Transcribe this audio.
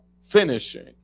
Finishing